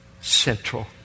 central